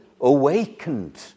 awakened